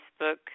facebook